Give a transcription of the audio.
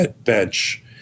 bench